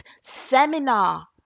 seminar